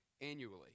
annually